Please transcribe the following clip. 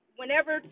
whenever